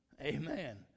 amen